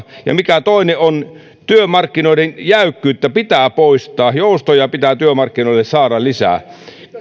ja toinen on että työmarkkinoiden jäykkyyttä pitää poistaa joustoja pitää työmarkkinoille saada lisää